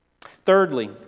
Thirdly